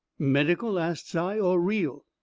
medical? asts i, or real?